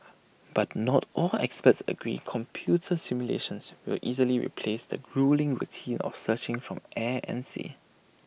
but not all experts agree computer simulations will easily replace the gruelling routine of searching from air and sea